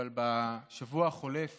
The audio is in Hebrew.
אבל בשבוע החולף